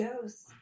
goes